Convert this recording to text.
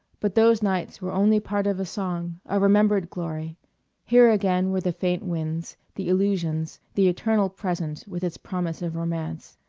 but those nights were only part of a song, a remembered glory here again were the faint winds, the illusions, the eternal present with its promise of romance.